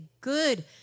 good